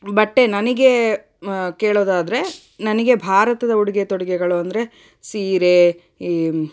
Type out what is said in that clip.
ಬಟ್ಟೆ ನನಗೆ ಕೇಳೋದಾದರೆ ನನಗೆ ಭಾರತದ ಉಡುಗೆ ತೊಡುಗೆಗಳು ಅಂದರೆ ಸೀರೆ ಈ